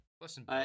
listen